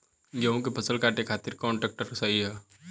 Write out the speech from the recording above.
गेहूँ के फसल काटे खातिर कौन ट्रैक्टर सही ह?